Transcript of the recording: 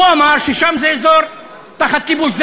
הוא אמר ששם זה אזור תחת כיבוש,